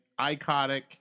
iconic